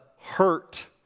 hurt